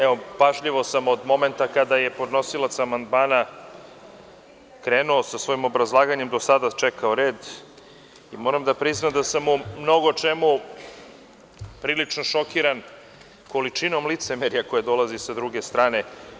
Evo pažljivo sam od momenta kada je podnosilac amandmana krenuo sa svojim obrazlaganjem, do sada čekao red, i moram da priznam da sam u mnogo čemu prilično šokiran količinom licemerja koje dolazi sa druge strane.